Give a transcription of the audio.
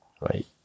right